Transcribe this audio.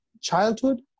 childhood